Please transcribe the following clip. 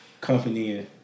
company